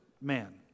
man